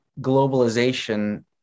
globalization